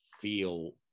feel